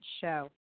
show